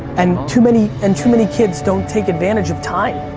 and too many and too many kids don't take advantage of time.